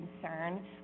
concern